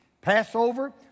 Passover